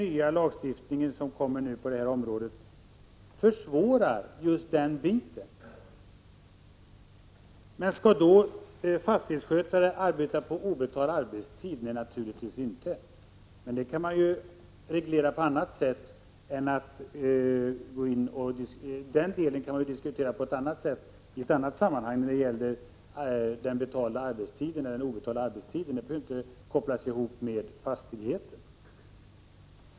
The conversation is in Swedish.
Den lagregel som nu föreslås på detta område försvårar upprätthållandet av denna. Men skall då fastighetsskötare arbeta på obetald arbetstid? Nej, naturligtvis inte, men den arbetstid som det här gäller behöver inte kopplas ihop med användningen av fastigheten.